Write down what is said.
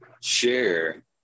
Share